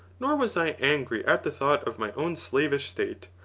nor was i angry at the thought of my own slavish state.